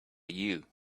you